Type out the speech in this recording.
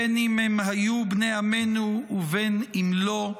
בין אם הם היו בני עמנו ובין אם לא,